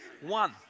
One